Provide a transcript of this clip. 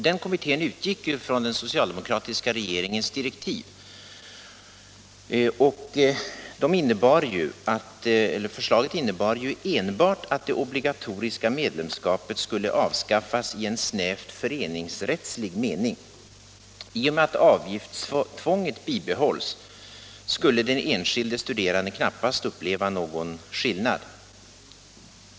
Den kommittén utgick från den socialdemokratiska regeringens direktiv. Förslaget innebar enbart att det obligatoriska medlemskapet skulle avskaffas i en snävt föreningsrättslig mening. I och med att avgiftstvånget bibehölls skulle den enskilde studerande knappast uppleva någon skillnad.